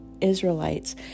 Israelites